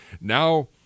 now